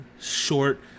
short